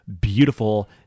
beautiful